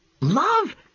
Love